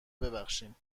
ببخشیم